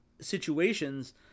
situations